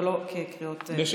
אבל לא כקריאות ביניים.